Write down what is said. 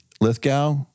Lithgow